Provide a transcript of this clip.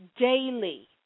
daily